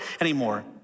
anymore